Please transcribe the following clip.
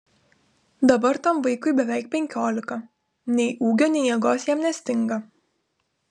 dabar tam vaikui beveik penkiolika nei ūgio nei jėgos jam nestinga